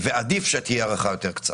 ועדיף שתהיה הארכה יותר קצרה.